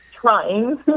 trying